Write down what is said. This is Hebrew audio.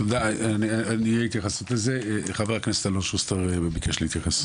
תודה, חבר הכנסת אלון שוסטר ביקש להתייחס.